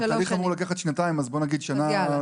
התהליך אמור לקחת שנתיים, אז בואו ניתן עוד שנה.